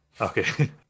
Okay